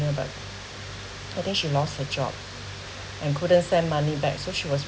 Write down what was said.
but I think she lost her job and couldn't send money back so she was